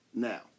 Now